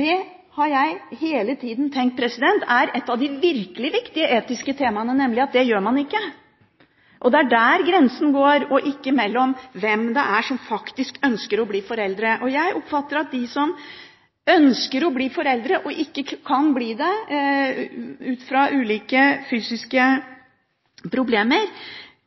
Det har jeg tenkt er ett av de virkelig viktige, etiske temaene, nemlig at det gjør man ikke. Det er der grensen går, og ikke mellom hvem som faktisk ønsker å bli foreldre. Jeg oppfatter at de som ønsker å bli foreldre, og som ikke kan bli det ut fra ulike fysiske problemer,